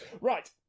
Right